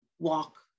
walk